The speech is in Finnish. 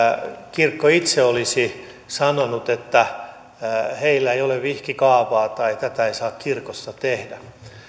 kirkko itse olisi sanonut että heillä ei ole vihkikaavaa tai tätä ei saa kirkossa tehdä